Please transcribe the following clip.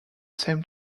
same